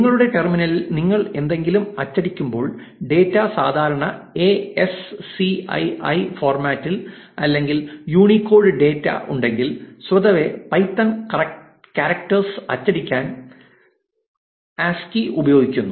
നിങ്ങളുടെ ടെർമിനലിൽ നിങ്ങൾ എന്തെങ്കിലും അച്ചടിക്കുമ്പോൾ ഡാറ്റ സാധാരണ A S C I I ഫോർമാറ്റിൽ അല്ലെങ്കിൽ യൂണിക്കോഡ് ഡാറ്റ ഉണ്ടെങ്കിൽ സ്വതവേ പൈത്തൺ കാറെക്ടർസ് അച്ചടിക്കാൻ A S C I I ഉപയോഗിക്കുന്നു